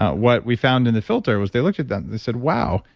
what we found in the filter was they looked at that and they said wow.